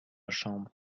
chambre